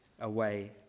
away